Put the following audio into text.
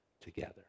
together